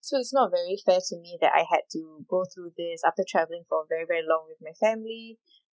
so it's not very fair to me that I had to go through this after travelling for very very long with my family